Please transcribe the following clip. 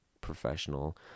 professional